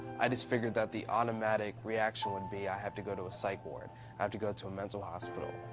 i just figured that the automatic reaction would be i have to go to a psych ward, i have to go to a mental hospital.